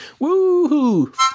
woohoo